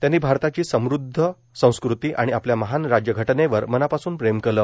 त्यांनी भारताची समृदध संस्कृती आणि आपल्या महान राज्यघटनेवर मनापास्न प्रेम केले